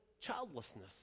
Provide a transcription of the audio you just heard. childlessness